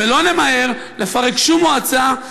ולא נמהר לפרק שום מועצה,